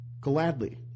Gladly